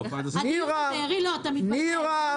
נירה,